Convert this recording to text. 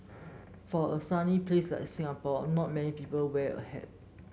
for a sunny place like Singapore not many people wear a hat